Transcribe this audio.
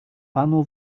panu